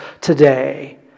today